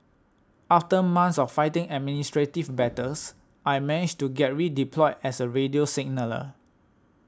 after months of fighting administrative battles I managed to get redeployed as a radio signaller